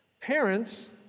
Parents